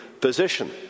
position